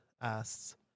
asks